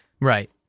Right